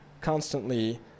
constantly